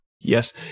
Yes